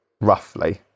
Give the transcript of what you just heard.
roughly